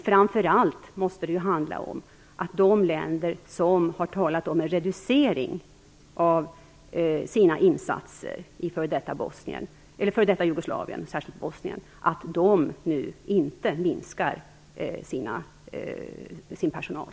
Framför allt måste man se till att de länder som har talat om en reducering av sina insatser i f.d. Jugoslavien, särskilt Bosnien, inte minskar sin personal.